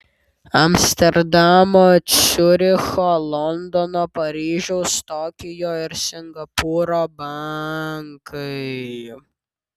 amsterdamo ciuricho londono paryžiaus tokijo ir singapūro bankai